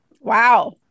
Wow